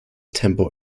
tempo